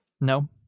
No